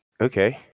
okay